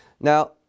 Now